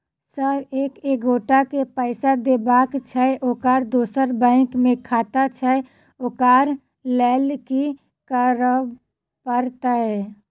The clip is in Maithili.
सर एक एगोटा केँ पैसा देबाक छैय ओकर दोसर बैंक मे खाता छैय ओकरा लैल की करपरतैय?